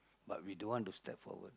but we don't want to step forward